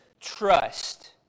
trust